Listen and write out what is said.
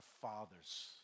father's